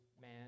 man